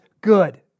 good